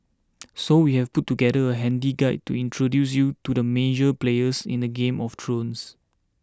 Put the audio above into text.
so we've put together a handy guide to introduce you to the major players in the game of thrones